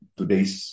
today's